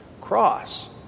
cross